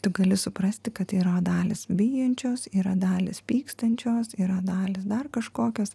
tu gali suprasti kad tai yra dalys bijančios yra dalys pykstančios yra dalys dar kažkokios